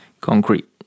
concrete